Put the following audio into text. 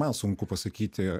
man sunku pasakyti